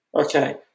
Okay